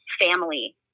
family